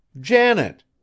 Janet